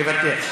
מוותר.